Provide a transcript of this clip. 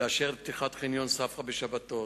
לאשר את פתיחת חניון ספרא בשבתות